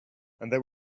there